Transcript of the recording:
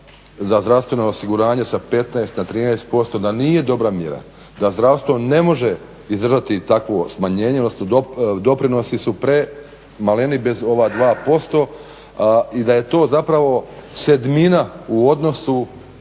za zdravstveno osiguranje sa 15 na 13% da nije dobra mjera, da zdravstvo ne može izdržati takvo smanjenje, odnosno doprinosi su premaleni bez ova 2% i da je to zapravo sedmina u odnosu,